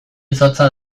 izotza